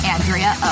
Andrea